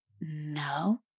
no